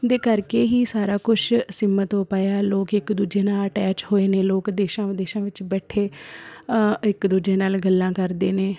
ਦੇ ਕਰਕੇ ਹੀ ਸਾਰਾ ਕੁਛ ਸੀਮਿਤ ਹੋ ਪਾਇਆ ਹੈ ਲੋਕ ਇੱਕ ਦੂਜੇ ਨਾਲ਼ ਅਟੈਚ ਹੋਏ ਨੇ ਲੋਕ ਦੇਸ਼ਾਂ ਵਿਦੇਸ਼ਾਂ ਵਿੱਚ ਬੈਠੇ ਇੱਕ ਦੂਜੇ ਨਾਲ਼ ਗੱਲਾਂ ਕਰਦੇ ਨੇ